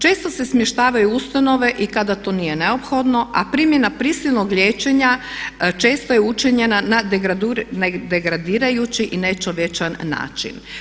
Često se smještavaju u ustanove i kada to nije neophodno, a primjena prisilnog liječenja često je učinjena na nedegradirajući i nečovječan način.